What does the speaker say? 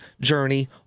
journey